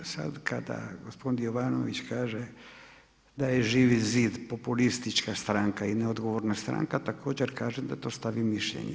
Sada kada gospodin Jovanović kaže da je Živi zid populistička stranka i neodgovorna stranka, također kažem da je to stav i mišljenje.